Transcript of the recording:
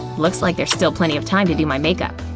looks like there's still plenty of time to do my makeup.